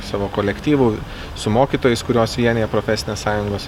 savo kolektyvu su mokytojais kuriuos vienija profesinės sąjungos